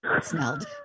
smelled